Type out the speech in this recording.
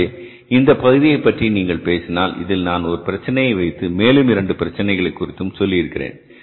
எனவே இந்த பகுதியை பற்றி நீங்கள் பேசினால் இதில் நான் ஒரு பிரச்சனையை குறித்து மேலும் இரண்டு பிரச்சினைகள் குறித்தும் சொல்லியிருக்கிறேன்